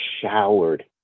showered